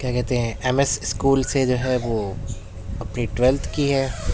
کیا کہتے ہیں ایم ایس اسکول جو ہے وہ اپنی ٹویلتھ کی ہے